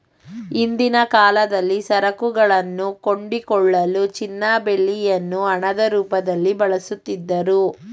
ಹಿಂದಿನ ಕಾಲದಲ್ಲಿ ಸರಕುಗಳನ್ನು ಕೊಂಡುಕೊಳ್ಳಲು ಚಿನ್ನ ಬೆಳ್ಳಿಯನ್ನು ಹಣದ ರೂಪದಲ್ಲಿ ಬಳಸುತ್ತಿದ್ದರು